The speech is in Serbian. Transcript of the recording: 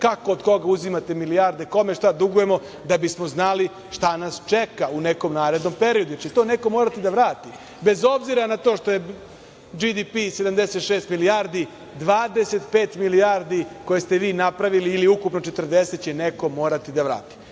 kako, od koga uzimate milijarde, kome šta dugujemo, da bismo znali šta nas čeka u nekom narednom periodu, jer će to neko morati da vrati. Bez obzira na to što je GDP 76 milijardi, 25 milijardi koje ste vi napravili, ili ukupno 40, neko će morati da